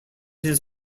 his